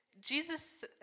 Jesus